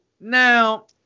Now